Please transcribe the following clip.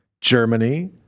Germany